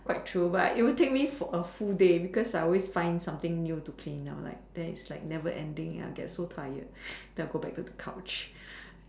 quite true but it will take me for a full day because I will always find something new to cane out like that's like never ending I get so tired then I go back to the couch